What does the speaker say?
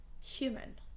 human